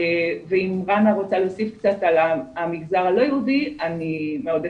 ואם רנא רוצה להוסיף על המגזר הלא יהודי אני מאוד אשמח.